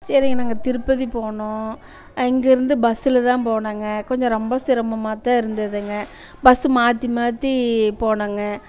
சரிங்க நாங்கள் திருப்பதி போனோம் இங்கே இருந்து பஸ்ஸில் தான் போனோம்ங்க கொஞ்சம் ரொம்ப சிரமமாக தான் இருந்ததுங்க பஸ்ஸு மாற்றி மாற்றி போனோம்ங்க